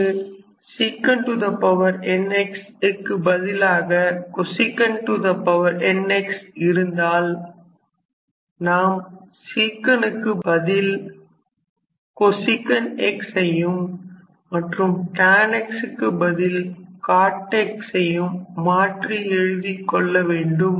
இங்கு sec n x க்கு பதிலாக cosec n x இருந்தால் நாம் sec xக்கு பதில் cosec x ஐயும் மற்றும் tan xக்கு பதில் cot x ஐ மாற்றி எழுதிக் கொள்ள வேண்டும்